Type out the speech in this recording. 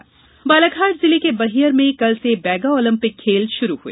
Baiga Olympic Balaghat जिले के बैहर में कल से बैगा ओलंपिक खेल शुरू हुए